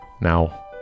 Now